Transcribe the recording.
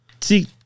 See